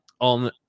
On